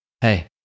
Hey